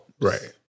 Right